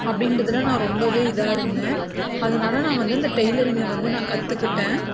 அப்படின்றதில் நான் ரொம்பவே இதாக இருந்தேன் அதனால் நான் வந்து இந்த டெய்லரிங்கை வந்து கற்றுக்கிட்டேன்